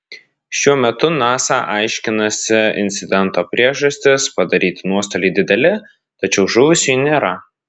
šiuo metu nasa aiškinasi incidento priežastis padaryti nuostoliai dideli tačiau žuvusiųjų nėra